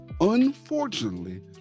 unfortunately